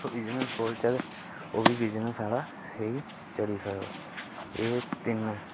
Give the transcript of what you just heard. business खोलचै ते ओह् बी बिजनेस साढ़ा स्हेई चली सकदा एह् तिन्न